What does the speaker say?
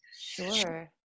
sure